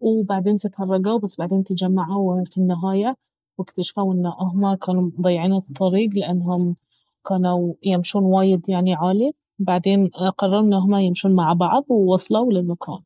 وبعدين تفرقوا بس بعدين تجمعوا في النهاية واكتشفوا ان اهما كانوا مضيعين الطريق لانهم كانوا يمشون وايد يعني عالي بعدين قرروا ان اهما يمشون مع بعض ووصلوا للمكان